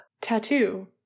Tattoo